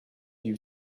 you